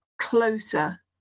closer